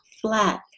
flat